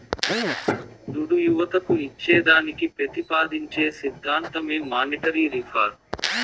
దుడ్డు యువతకు ఇచ్చేదానికి పెతిపాదించే సిద్ధాంతమే మానీటరీ రిఫార్మ్